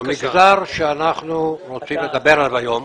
המגזר שאנחנו רוצים לדבר עליו היום